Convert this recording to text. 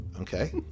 Okay